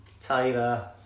Taylor